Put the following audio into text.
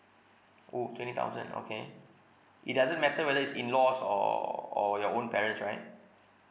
oh twenty thousand okay it doesn't matter whether it's in laws or or your own parents right